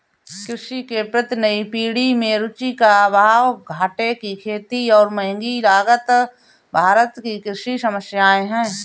कृषि के प्रति नई पीढ़ी में रुचि का अभाव, घाटे की खेती और महँगी लागत भारत की कृषि समस्याए हैं